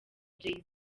jay